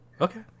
Okay